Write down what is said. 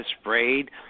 sprayed